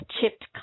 chipped